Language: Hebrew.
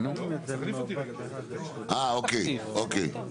אוקיי, אוקיי.